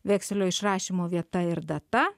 vekselio išrašymo vieta ir data